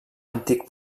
antic